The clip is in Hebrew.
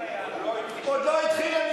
עוד לא התחיל.